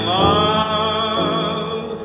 love